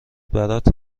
برات